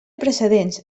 precedents